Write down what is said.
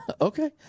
Okay